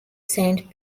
saint